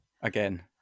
again